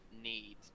need